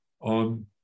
on